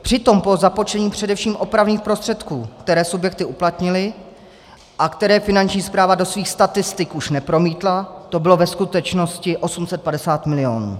Přitom po započtení především opravných prostředků, které subjekty uplatnily a které Finanční správa do svých statistik už nepromítla, to bylo ve skutečnosti 850 milionů.